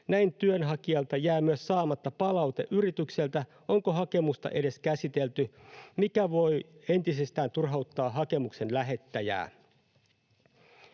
Näin työnhakijalta jää myös saamatta palaute yritykseltä, onko hakemusta edes käsitelty, mikä voi entisestään turhauttaa hakemuksen lähettäjää.